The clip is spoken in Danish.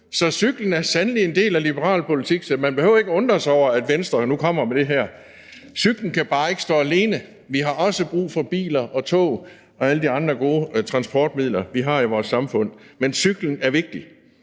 Cyklen er sandelig en del af liberal politik, så man behøver ikke undre sig over, at Venstre nu kommer med det her forslag. Cyklen kan bare ikke stå alene. Vi har også brug for biler og toge og alle de andre gode transportmidler, vi har i vores samfund, men cyklen er vigtig.